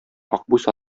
акбүз